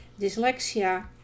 dyslexia